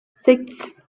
six